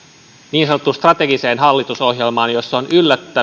niin sanottuun strategiseen hallitusohjelmaan jossa on kyllä